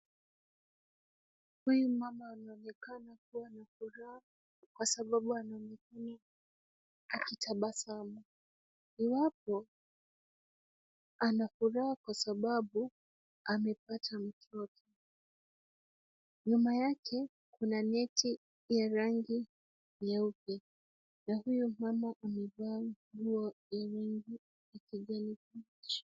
Huyu mama anaonekana akiwa na furaha kwa sababu anaonekana akitabasamu. Iwapo ana furaha kwa sababu amepata mtoto. Nyuma yake kuna neti ya rangi nyeupe na huyu mama amevaa nguo yenye rangi ni kijani kibichi.